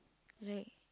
right